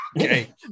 okay